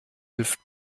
hilft